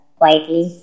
quietly